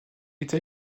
était